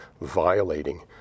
violating